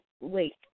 wait